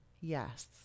Yes